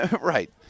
Right